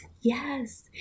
Yes